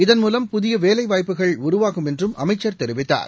இதன்மூலம் புதிய வேலைவாய்ப்புகள் உருவாகும் என்றும் அமைச்சர் தெரிவித்தார்